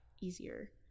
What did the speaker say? easier